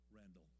Randall